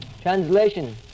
translation